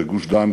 בגוש-דן,